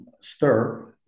stir